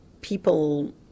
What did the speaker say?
People